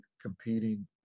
competing